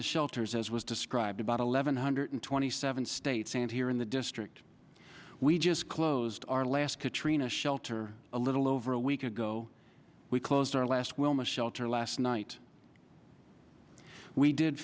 the shelters as was described about eleven hundred twenty seven states and here in the district we just closed our last katrina shelter a little over a week ago we closed our last wilma shelter last night we did